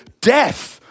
death